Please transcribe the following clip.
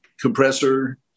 compressor